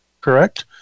correct